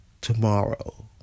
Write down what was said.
tomorrow